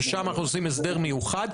ששם אנחנו עושים הסדר מיוחד,